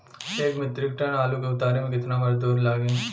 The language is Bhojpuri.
एक मित्रिक टन आलू के उतारे मे कितना मजदूर लागि?